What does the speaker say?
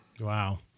Wow